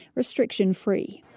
restriction free.